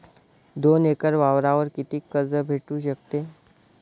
दोन एकर वावरावर कितीक कर्ज भेटू शकते?